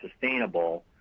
sustainable